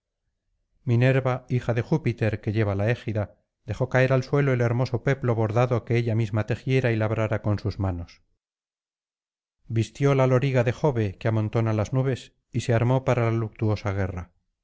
minerva hija de júpiter que lleva la égida dejó caer al suelo el hermoso peplo bordado que ella misma tejiera y labrara con sus manos vistió la loriga de jove que amontona las nubes y se armó para la luctuosa guerra